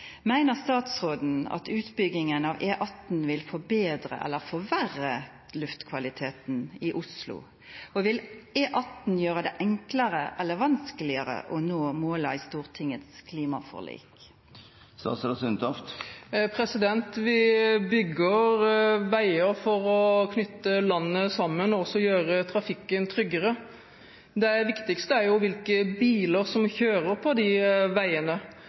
statsråden at utbyggingen av E18 vil forbedre eller forverre luftkvaliteten i Oslo? Og vil E18 gjøre det enklere eller vanskeligere å nå målene i Stortingets klimaforlik? Vi bygger veier for å knytte landet sammen og for å gjøre trafikken tryggere. Det viktigste er hvilke biler som kjører på de veiene,